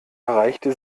erreichte